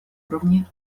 уровне